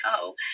go